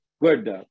Good